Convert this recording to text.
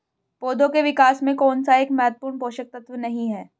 पौधों के विकास में कौन सा एक महत्वपूर्ण पोषक तत्व नहीं है?